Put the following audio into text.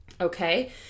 okay